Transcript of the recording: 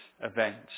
events